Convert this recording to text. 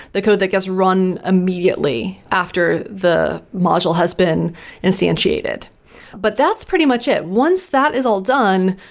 the code that gets run immediately after the module has been instantiated but that's pretty much it. once that is all done,